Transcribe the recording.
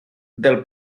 del